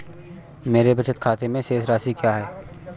मेरे बचत खाते में शेष राशि क्या है?